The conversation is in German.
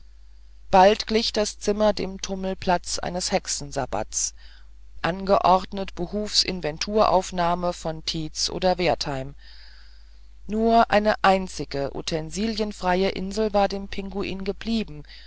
bald glich das zimmer dem tummelplatz eines hexensabatts angeordnet behufs inventuraufnahme von tietz oder wertheim nur eine einzige utensilienfreie insel war dem pinguin verblieben